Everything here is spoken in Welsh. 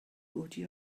godi